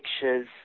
pictures